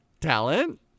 talent